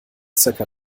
circa